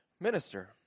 minister